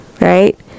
right